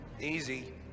Easy